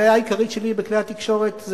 הבעיה העיקרית שלי בכלי התקשורת זה